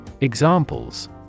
Examples